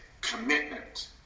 commitment